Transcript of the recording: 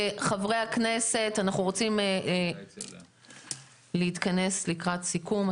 חברי הכנסת, אנחנו רוצים להתכנס לקראת סיכום.